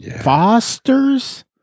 Fosters